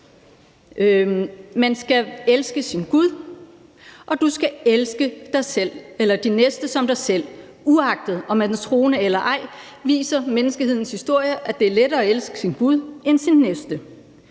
Du skal elske sin gud, og du skal elske din næste som dig selv. Uanset om man er troende eller ej, viser menneskehedens historie, at det er lettere at elske sin gud end sin næste.